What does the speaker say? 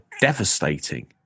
devastating